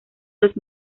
los